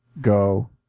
go